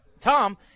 Tom